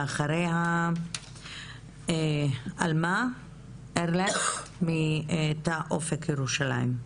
ואחריה אנחנו נשמע את עלמה ארליך מתא אופק ירושלים.